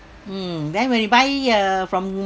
mm then when you buy uh from